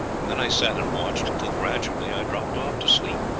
and then i sat and watched till gradually i dropped off to sleep.